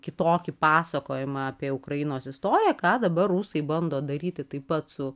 kitokį pasakojimą apie ukrainos istoriją ką dabar rusai bando daryti taip pat su